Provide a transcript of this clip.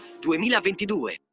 2022